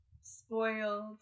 spoiled